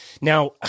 Now